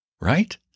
right